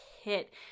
hit